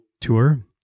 Tour